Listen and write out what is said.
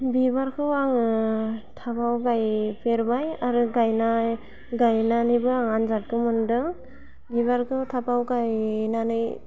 बिबारखौ आङो टाबाव गायफेरबाय आरो गायनाय गायनानैबो आं आन्जादबो मोन्दों बिबारखौ टाबाव गायनानै